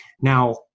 now